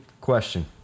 question